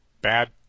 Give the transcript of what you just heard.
bad